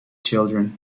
children